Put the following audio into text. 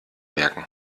merken